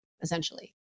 essentially